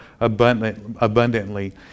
abundantly